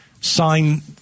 sign